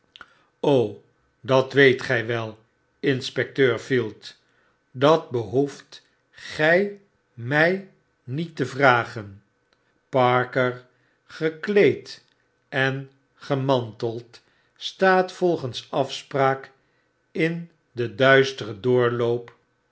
dat weet gg wel inspecteur field dat behoeft gij m niet te vragen parker gekleed en gemanteld staat volgens afspraak in den duisteren doorloop